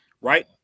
right